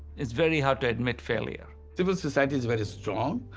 it's very hard to admit failure. civil society is very strong,